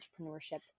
entrepreneurship